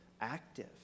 active